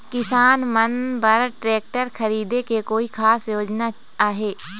किसान मन बर ट्रैक्टर खरीदे के कोई खास योजना आहे?